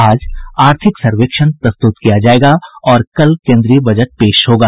आज आर्थिक सर्वेक्षण प्रस्तुत किया जाएगा और कल केन्द्रीय बजट पेश होगा